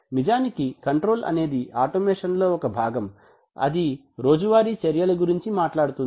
నిజానికి కంట్రోల్ అనేది ఆటోమేషన్ లో ఒక భాగంఅది రోజు వారి చర్యల గురించి మాట్లాడుతుంది